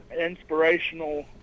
inspirational